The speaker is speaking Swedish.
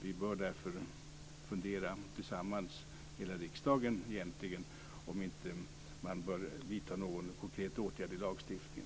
Vi bör därför fundera tillsammans - hela riksdagen egentligen - på om man inte bör vidta någon konkret åtgärd i lagstiftningen.